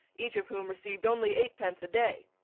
each of whom received only eightpence a day.